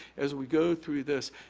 as we go through this,